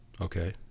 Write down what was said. okay